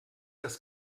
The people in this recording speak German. das